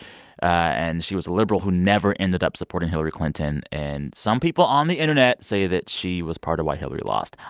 and she was a liberal who never ended up supporting hillary clinton. and some people on the internet say that she was part of why hillary lost.